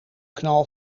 knal